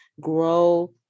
grow